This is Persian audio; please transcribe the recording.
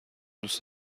دوست